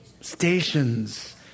stations